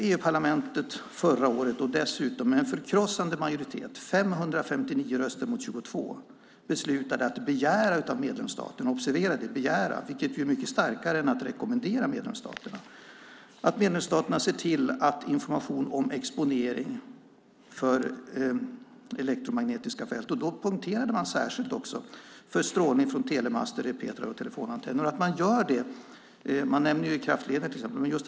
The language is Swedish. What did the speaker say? EU-parlamentet beslutade förra året med en förkrossande majoritet, 559 röster mot 22, att begära av medlemsstaterna att de ser till att det finns information om exponering för elektromagnetiska fält. Observera att man beslutade att begära, vilket är mycket starkare än att rekommendera medlemsstaterna. Då poängterade man särskilt strålning från telemaster, repeatrar och telefonantenner. Man nämner också kraftledningar.